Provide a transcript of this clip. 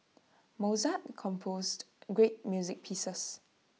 Mozart composed great music pieces